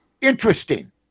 interesting